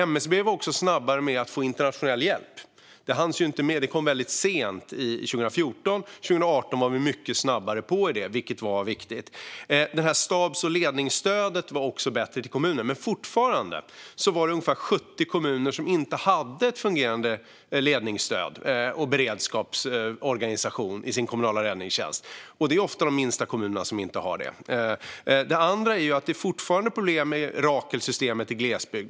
MSB var också snabbare med att få internationell hjälp. Detta kom väldigt sent 2014, men 2018 var vi mycket snabbare, vilket var viktigt. Stabs och ledningsstödet till kommunerna var också bättre, men det var ändå ungefär 70 kommuner som inte hade ett ledningsstöd och en beredskapsorganisation som fungerade i sin kommunala räddningstjänst. Det handlar ofta om de minsta kommunerna. En annan sak är att det fortfarande är problem med Rakelsystemet i glesbygd.